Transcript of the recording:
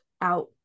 out